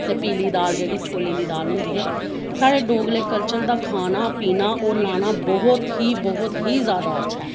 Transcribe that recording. ते पीली दाल जेह्ड़ी छोलें दी दाल होंदी ऐ साढ़े डोगरें कल्चर दा खाना पीना होर लाना बहुत ही बहुत जादा अच्छा ऐ